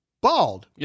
bald